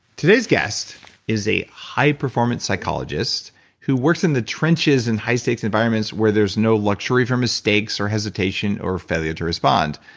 today's guest is a high performance psychologist who works in the trenches in high stakes environments where there's no luxury for mistakes or hesitation or failure to respond.